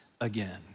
again